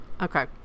Okay